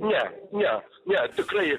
ne ne ne tikrai